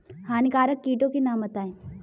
हानिकारक कीटों के नाम बताएँ?